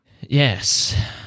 Yes